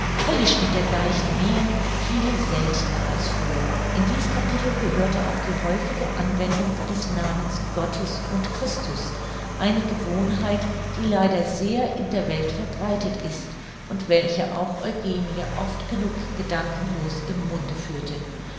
höllisch und dergleichen mehr viel seltener als früher in dies kapitel gehörte auch die häufige anwendung des namens gottes und christus eine gewohnheit die leider sehr in der welt verbreitet ist und welche auch eugenie oft genug gedankenlos im munde führte